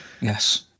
yes